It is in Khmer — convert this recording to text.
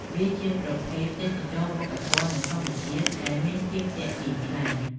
វាជាប្រភេទទេសចរណ៍វប្បធម៌ និងធម្មជាតិដែលមានភាពទាក់ទាញខ្លាំង។